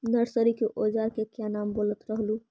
Nursery के ओजार के क्या नाम बोलत रहलू?